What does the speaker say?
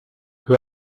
peu